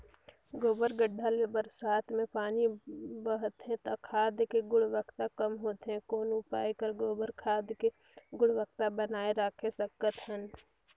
गोबर गढ्ढा ले बरसात मे पानी बहथे त खाद के गुणवत्ता कम होथे कौन उपाय कर गोबर खाद के गुणवत्ता बनाय राखे सकत हन?